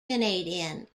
canadian